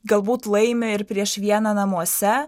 galbūt laimi ir prieš vieną namuose